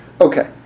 Okay